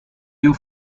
you